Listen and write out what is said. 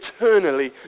eternally